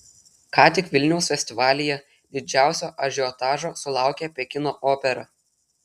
ką tik vilniaus festivalyje didžiausio ažiotažo sulaukė pekino opera